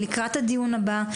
לקראת הדיון הבא,